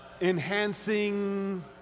enhancing